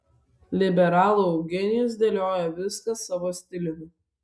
liberalų eugenijus dėlioja viską savo stiliumi